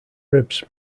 ribs